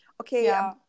okay